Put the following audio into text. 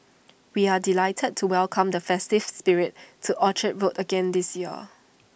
we are delighted to welcome the festive spirit to Orchard road again this year